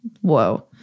Whoa